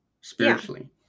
spiritually